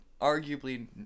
arguably